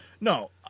No